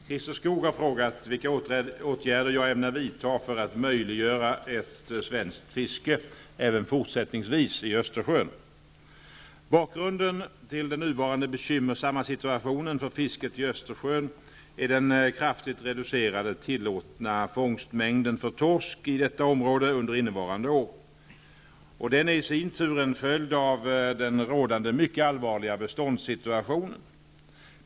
Herr talman! Christer Skoog har frågat vilka åtgärder jag ämnar vidta för att möjliggöra ett svenskt fiske även fortsättningsvis i Östersjön. Bakgrunden till den nuvarande bekymmersamma situationen för fisket i Östersjön är den kraftigt reducerade tillåtna fångstmängden för torsk i detta område under innevarande år. Den är i sin tur en följd av den rådande mycket allvarliga beståndssituationen.